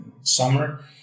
summer